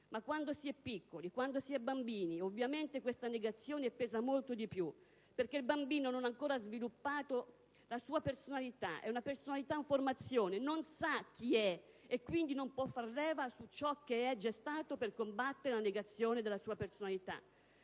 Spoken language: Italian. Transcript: ma quando si è piccoli, quando si è bambini, ovviamente questa negazione pesa molto di più, perché il bambino non ha ancora sviluppato la sua personalità; è una personalità in formazione, non sa chi è e quindi non può far leva su ciò che è già stato per combattere la negazione della sua personalità.